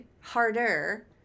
harder